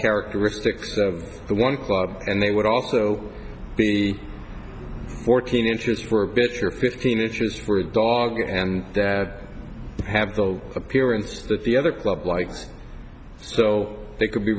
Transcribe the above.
characteristics of a one club and they would also be fourteen inches for a bitch or fifteen inches for a dog and have the appearance that the other club likes so they could be